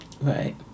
Right